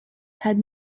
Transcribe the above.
had